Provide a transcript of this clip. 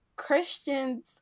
Christians